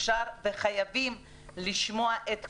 חייבים לשמוע את כולם,